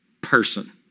person